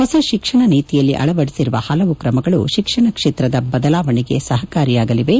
ಹೊಸ ಶಿಕ್ಷಣ ನೀತಿಯಲ್ಲಿ ಅಳವಡಿಸಿರುವ ಹಲವು ತ್ರಮಗಳು ಶಿಕ್ಷಣ ಕ್ಷೇತ್ರದ ಬದಲಾವಣೆಗೆ ಸಹಕಾರಿಯಾಗಲಿವೆ